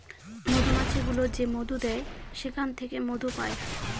মধুমাছি গুলো যে মধু দেয় সেখান থেকে মধু পায়